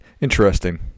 Interesting